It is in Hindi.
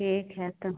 ठीक है तो